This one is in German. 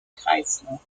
kreislauf